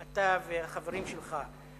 אתה והחברים שלך,